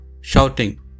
shouting